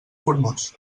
formós